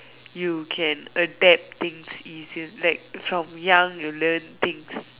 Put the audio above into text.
you can adapt things easier like from young you learn things